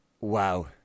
Wow